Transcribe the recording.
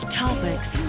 topics